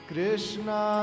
Krishna